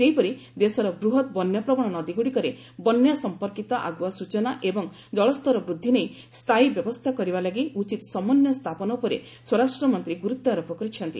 ସେହିପରି ଦେଶର ବୂହତ୍ ବନ୍ୟା ପ୍ରବଣ ନଦୀଗୁଡ଼ିକରେ ବନ୍ୟା ସମ୍ପର୍କିତ ଆଗୁଆ ସ୍ଟଚନା ଏବଂ କଳସ୍ତର ବୃଦ୍ଧି ନେଇ ସ୍ଥାୟୀ ବ୍ୟବସ୍ଥା କରିବା ଲାଗି ଉଚିତ ସମନ୍ୱୟ ସ୍ଥାପନ ଉପରେ ସ୍ୱରାଷ୍ଟ୍ର ମନ୍ତ୍ରୀ ଗୁରୁତ୍ୱ ଆରୋପ କରିଛନ୍ତି